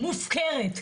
מופקרת.